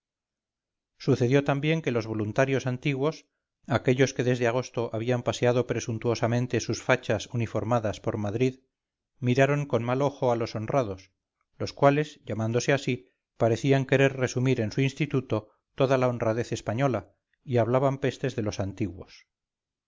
sucedió también que los voluntarios antiguos aquellos que desde agosto habían paseado presuntuosamente sus fachas uniformadas por madrid miraron con mal ojo a los honrados los cuales llamándose así parecían querer resumir en su instituto toda la honradez española y hablaban pestes de los antiguos